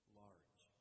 large